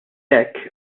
hekk